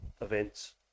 events